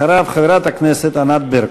אחריו, חברת הכנסת ענת ברקו.